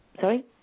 Sorry